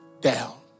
down